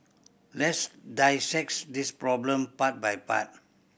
let's dissect this problem part by part